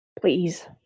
please